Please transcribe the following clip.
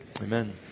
Amen